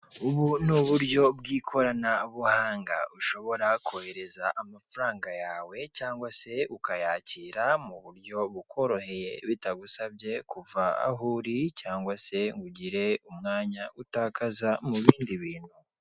Ubu ni uburyo bw'ikoranabuhanga ushobora kohereza amafaranga yawe cyangwa se ukayakira mu buryo bukoroheye bitagusabye kuva aho uri cyangwa se ngo ugire umwanya utakaza mu bindi bintu.